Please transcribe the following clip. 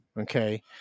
okay